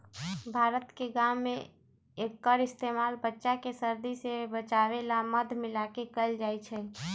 भारत के गाँव में एक्कर इस्तेमाल बच्चा के सर्दी से बचावे ला मध मिलाके कएल जाई छई